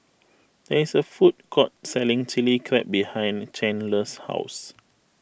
there is a food court selling Chilli Crab behind Chandler's house